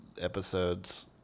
episodes